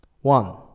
one